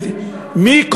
מי השתחווה?